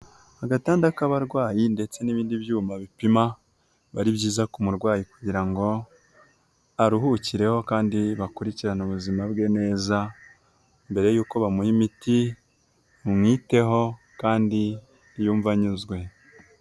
Agatanda k'abarwayi ndetse n'ibindi byuma bipima biba ari byiza ku kumurwayi kugira ngo aruhukireho kandi bakurikirane ubuzima bwe neza, mbere y'uko bamuha imiti, umwiteho kandi yumve anyuzwe.